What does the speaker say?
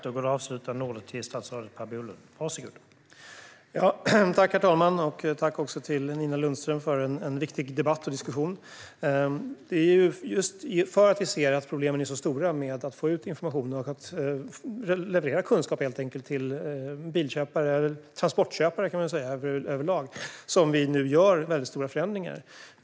Herr talman! Tack, Nina Lundström, för en viktig debatt och diskussion! Just för att vi ser att problemen med att få ut information och leverera kunskap till bilköpare och transportköpare överlag är så stora gör vi nu väldigt stora förändringar.